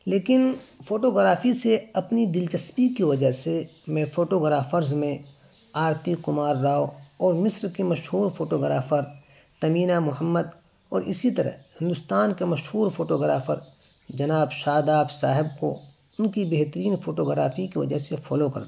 لیکن فوٹوگرافی سے اپنی دلچسپی کی وجہ سے میں فوٹوگرافرز میں آرتی کمار راؤ اور مصر کی مشہور فوٹوگرافر تمینہ محمد اور اسی طرح ہندوستان کے مشہور فوٹوگرافر جناب شاداب صاحب کو ان کی بہترین فوٹوگرافی کی وجہ سے فالو کرتا